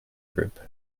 group